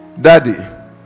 daddy